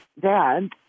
dad